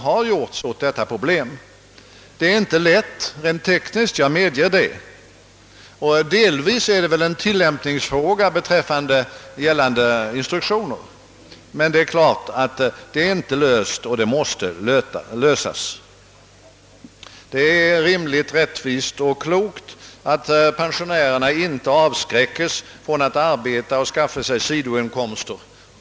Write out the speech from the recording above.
Jag medger att det rent tekniskt inte är lätt samtidigt som det delvis är en fråga om tillämpningen av gällande instruktioner. Problemet måste emellertid lösas. Det är rimligt, rättvist och klokt att folkpensionärerna inte avskräckes från att arbeta och skaffa sig sidoinkomster.